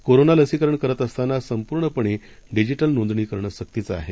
corona लसीकरण करत असताना संपूर्णपणे डिजिटल नोंदणी करणं सक्तीचं आहे